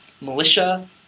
militia